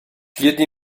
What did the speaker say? jedni